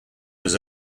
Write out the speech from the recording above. was